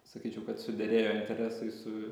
sakyčiau kad suderėjo interesai su